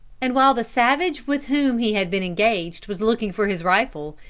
and while the savage with whom he had been engaged was looking for his rifle,